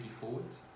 forwards